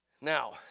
Now